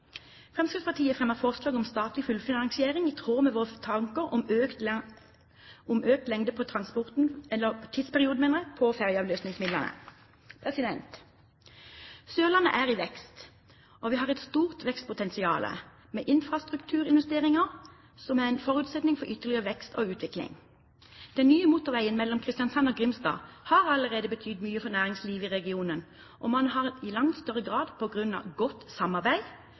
Fremskrittspartiet fremmer forslag om statlig fullfinansiering, i tråd med våre tanker om økt lengde på perioden med fergeavløsningsmidler. Sørlandet er i vekst. Vi har et stort vekstpotensial, men infrastrukturinvesteringer er en forutsetning for ytterligere vekst og utvikling. Den nye motorveien mellom Kristiansand og Grimstad har allerede betydd mye for næringslivet i regionen. Man har i langt større grad, på grunn av godt samarbeid